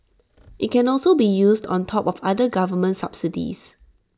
IT can also be used on top of other government subsidies